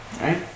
Right